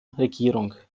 regierung